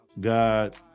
God